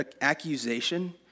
Accusation